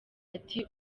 ati